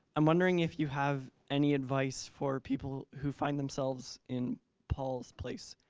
i'm wondering if you have any advice for people who find themselves in paul's place,